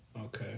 Okay